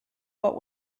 what